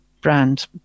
brand